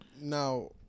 now